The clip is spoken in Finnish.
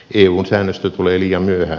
eun säännöstö tulee liian myöhään